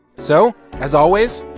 so as always,